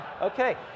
Okay